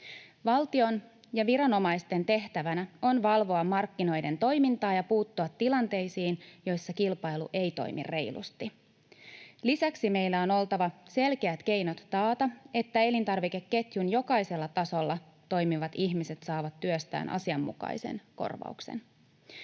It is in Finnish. Valtion ja viranomaisten tehtävänä on valvoa markkinoiden toimintaa ja puuttua tilanteisiin, joissa kilpailu ei toimi reilusti. Lisäksi meillä on oltava selkeät keinot taata, että elintarvikeketjun jokaisella tasolla toimivat ihmiset saavat työstään asianmukaisen korvauksen.